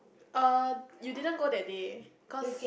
err you didn't go that day cause